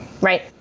Right